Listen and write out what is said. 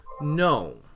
No